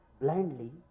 blindly